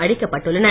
அழிக்கப்பட்டுள்ளன